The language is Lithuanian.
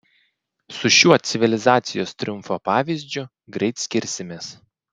su šiuo civilizacijos triumfo pavyzdžiu greit skirsimės